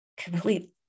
Complete